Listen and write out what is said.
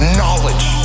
knowledge